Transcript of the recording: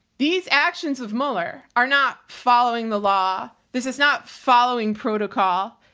these actions of mueller are not following the law. this is not following protocol.